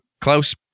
Klaus